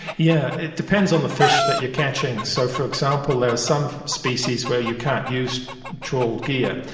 yeah it depends on the fish that you're catching. so for example, there are some species where you can't use trawled gear.